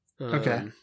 Okay